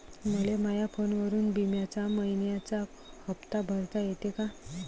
मले माया फोनवरून बिम्याचा मइन्याचा हप्ता भरता येते का?